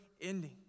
ending